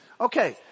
Okay